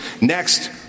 Next